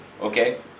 okay